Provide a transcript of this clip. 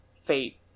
fate